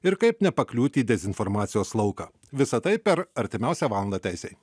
ir kaip nepakliūti į dezinformacijos lauką visa tai per artimiausią valandą teisėj